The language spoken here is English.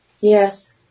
Yes